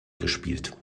gespielt